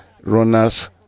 runners